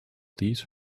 these